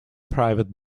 private